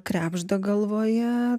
krebžda galvoje